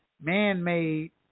man-made